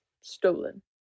stolen